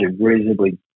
reasonably